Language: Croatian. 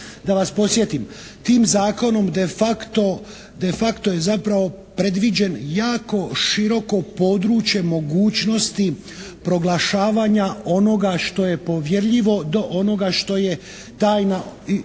Da vas podsjetim. Tim zakonom de facto je zapravo predviđen jako široko područje mogućnosti proglašavanja onoga što je povjerljivo do onoga što je tajna